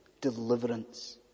deliverance